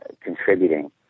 contributing